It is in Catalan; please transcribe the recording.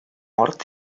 hort